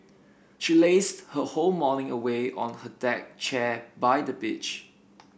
she lazed her whole morning away on a deck chair by the beach